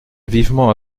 vivement